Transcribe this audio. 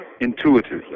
intuitively